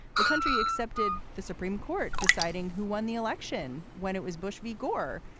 the country accepted the supreme court deciding who won the election when it was bush v. gore.